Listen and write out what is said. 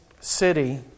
city